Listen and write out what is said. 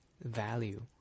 value